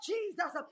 Jesus